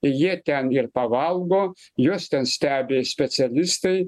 jie ten ir pavalgo juos stebi specialistai